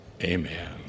amen